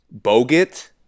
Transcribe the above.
Bogut